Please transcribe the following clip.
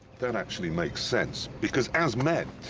that actually makes sense because as men,